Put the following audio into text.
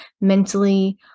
mentally